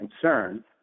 concern